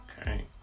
Okay